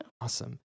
Awesome